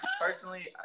personally